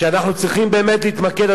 שאנחנו צריכים באמת להתמקד,